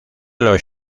los